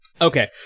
okay